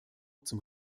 zum